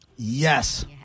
Yes